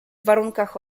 warunkach